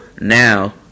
now